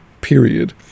period